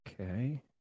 Okay